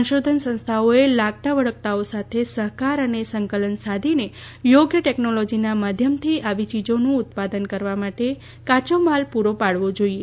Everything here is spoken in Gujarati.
સંશોધન સંસ્થાઓએ લાગતા વળગતાઓ સાથે સહકાર અને સંકલન સાધીને યોગ્ય ટેકનોલોજીના માધ્યમથી આવી ચીજીનું ઉત્પાદન કરવા માટે કાચો માલ પુરો પાડવો જોઈએ